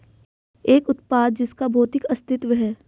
एक उत्पाद जिसका भौतिक अस्तित्व है?